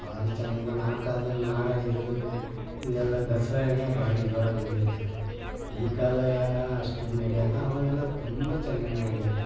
ಭಾರಿ ಚೆನ್ನಾಗಿದೆ ಆ ಕಾಲ್ದಲ್ಲಿ ಮಾಹಾರಾಜ್ರು ಇಲ್ಲೆಲ್ಲ ದಸರಾ ಎಲ್ಲ ಭಾರಿ ಜೋರಾಗಿ ನಡೀತದೆ ಈ ಕಾಲ ಅಷ್ಟು ನಡಿಯಲ್ಲ ಅವಾಗೆಲ್ಲ ತುಂಬ ಚೆನ್ನಾಗಿ ನಡೆಯೋದು